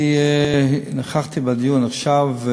אני נכחתי בדיון עכשיו,